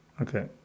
Okay